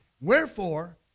Wherefore